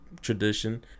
tradition